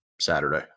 Saturday